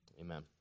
Amen